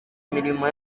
imirimo